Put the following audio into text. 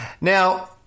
Now